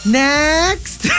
next